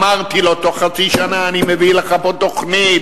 אמרתי לו: בתוך חצי שנה אני מביא לך פה תוכנית,